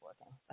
working